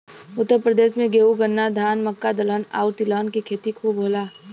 उत्तर प्रदेश में गेंहू, गन्ना, धान, मक्का, दलहन आउर तिलहन के खेती खूब होला